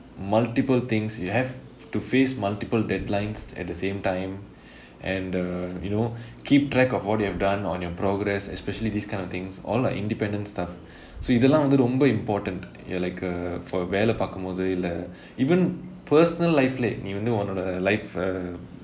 multiple things you have to face multiple deadlines at the same time and uh you know keep track of what you have done on your progress especially these kind of things all are independent stuff so இதுலாம் வந்து ரொம்ப:ithulaam vanthu romba important ya like uh for வேலை பார்க்கும்போது இல்லை:velai paarkumpothu illai even personal life leh நீ வந்து உன்னோட:nee vanthu unnoda life uh